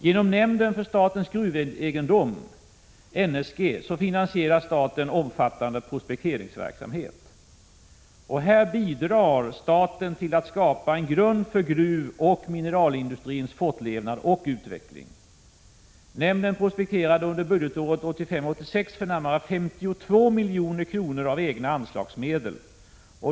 Genom nämnden för statens gruvegendom, NSG, finansierar staten omfattande prospekteringsverksamhet. Här bidrar staten till att skapa en grund för gruvoch mineralindustrins fortlevnad och utveckling. Nämnden prospekterade under budgetåret 1985/86 för närmare 52 milj.kr. av egna anslagsmedel.